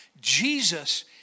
Jesus